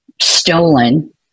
stolen